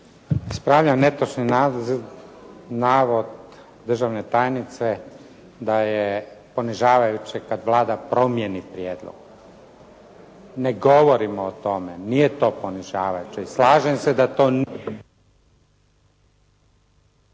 Ispravljam netočni navod državne tajnice da je ponižavajuće kad Vlada promijeni prijedlog. Ne govorimo o tome, nije to ponižavajuće. Slažem se da to …